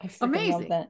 amazing